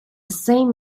same